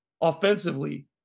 offensively